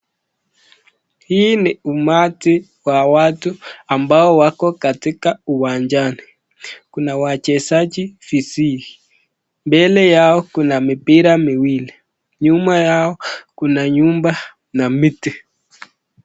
Huu ni umati wa watu ambao wako katika uwanjani. Kuna wachezaji viziwi, mbele yao kuna mipira miwili, nyuma yao kuna nyumba na miti.